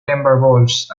timberwolves